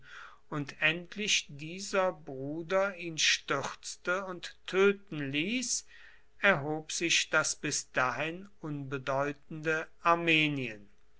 und endlich dieser bruder ihn stürzte und töten ließ erhob sich das bis dahin unbedeutende armenien